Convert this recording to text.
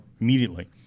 immediately